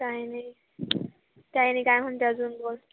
काय नाही काय नाही काय म्हणते अजून बोल